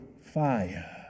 fire